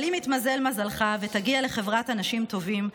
אבל אם יתמזל מזלך ותגיע לחברת אנשים טובים,